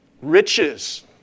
Riches